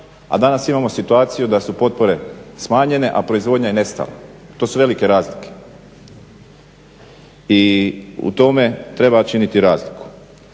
a danas imamo situaciju da su potpore smanjene, a proizvodnja je nestala. To su velike razlike. I u tome treba činiti razliku.